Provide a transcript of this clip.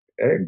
eggs